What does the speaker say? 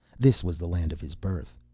this was the land of his birth,